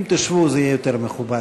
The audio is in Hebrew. אם תשבו זה יהיה יותר מכובד.